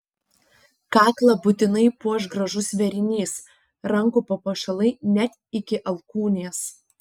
kaklą būtinai puoš gražus vėrinys rankų papuošalai net iki alkūnės